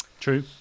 true